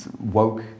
woke